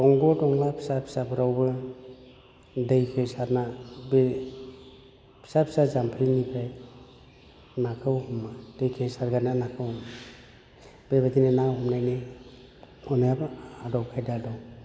दंग' दंला फिसा फिसाफ्रावबो दैखौ सारना बे फिसा फिसा जाम्फैनिफ्राय नाखौ हमो दैखो सारगारना नाखौ हमो बेबायदिनो ना हमनायनि अनेब आदब खायदा दं